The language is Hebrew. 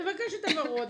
מבקשת הבהרות,